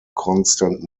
constant